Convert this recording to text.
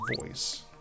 voice